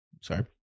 Sorry